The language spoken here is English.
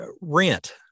rent